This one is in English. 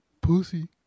pussy